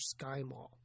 SkyMall